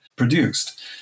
produced